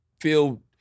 feel